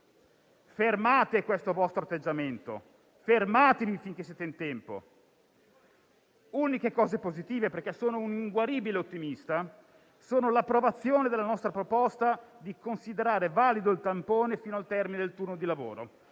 Fermate questo vostro atteggiamento. Fermatevi finché siete in tempo. Uniche cose positive, perché sono un inguaribile ottimista, è l'approvazione della nostra proposta di considerare valido il tampone fino al termine del turno di lavoro,